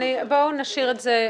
בואו נשאיר את זה,